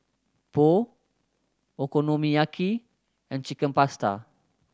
Pho Okonomiyaki and Chicken Pasta